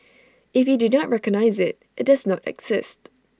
if you do not recognise IT it does not exist